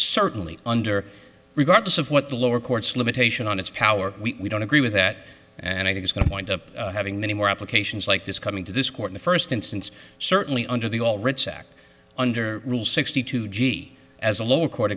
certainly under regardless of what the lower courts limitation on its power we don't agree with that and i think it's going to wind up having many more applications like this coming to this court the first instance certainly under the all writs act under rule sixty two g as a lower court